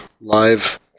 live